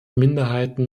minderheiten